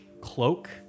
cloak